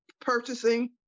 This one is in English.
purchasing